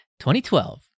2012